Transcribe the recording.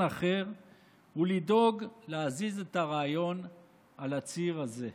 אחר הוא לדאוג להזיז את הרעיון על הציר הזה.